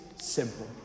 simple